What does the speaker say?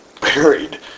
buried